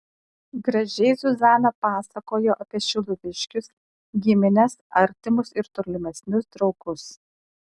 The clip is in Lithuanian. gražiai zuzana pasakojo apie šiluviškius gimines artimus ir tolimesnius draugus